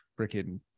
freaking